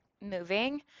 moving